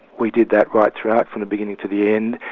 we did that right throughout from the beginning to the end.